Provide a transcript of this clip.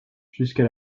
jusque